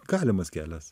galimas kelias